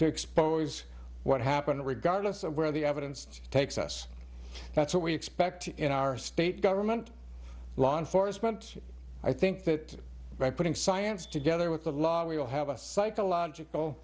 to expose what happened regardless of where the evidence takes us that's what we expect in our state government law enforcement i think that by putting science together with the law we will have a psychological